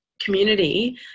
community